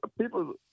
people